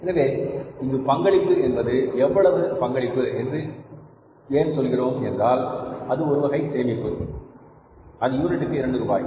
எனவே இங்கு பங்களிப்பு என்பது எவ்வளவு பங்களிப்பு என்று ஏன் சொல்கிறோம் என்றால் அது ஒரு வகை சேமிப்பு அது ஒரு யூனிட்டிற்கு 2 ரூபாய்